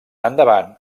endavant